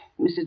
Mrs